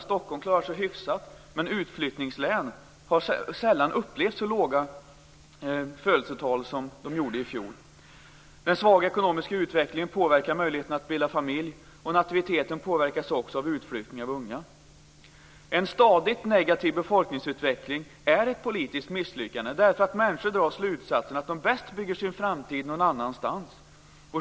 Stockholm klarar sig hyfsat. Men utflyttningslän har sällan upplevt så låga födelsetal som de gjorde i fjol. Den svaga ekonomiska utvecklingen påverkar möjligheten att bilda familj. Nativiteten påverkas också av utflyttning av unga. En stadigt negativ befolkningsutveckling är ett politiskt misslyckande. Människor drar slutsatsen att de bäst bygger sin framtid någon annanstans.